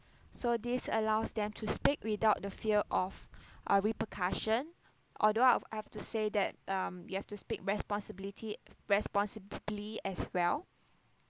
so this allows them to speak without the fear of a repercussion although I'd have to say that um you have to speak responsibility responsibly as well